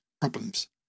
problems